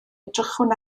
edrychwn